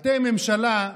אתם ממשלה,